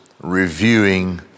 reviewing